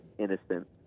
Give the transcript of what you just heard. Innocent